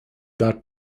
that